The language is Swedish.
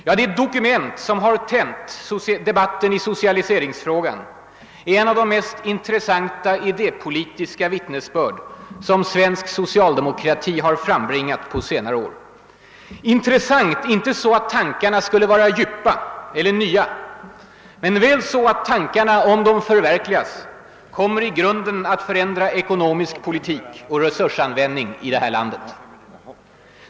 Ja, det dokument som tänt debatten i socialiseringsfrågan är ett av de mest intressanta idépolitiska vittnesbörd, som svensk socialdemokrati frambringat på senare år. Det är intressant inte därigenom att tankarna skulle vara djupa eller nya men genom att de, om de för verkligas, kommer att i grunden förändra ekonomisk politik och resursanvändning i vårt land.